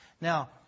Now